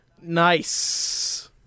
Nice